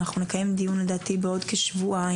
אנחנו נקיים דיון בעוד כשבועיים.